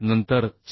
नंतर 4